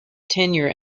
tenure